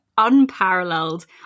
unparalleled